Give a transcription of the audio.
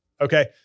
Okay